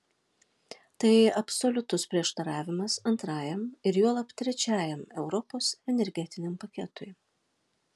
tai absoliutus prieštaravimas antrajam ir juolab trečiajam europos energetiniam paketui